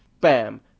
bam